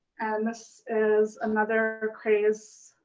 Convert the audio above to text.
and this is another kraze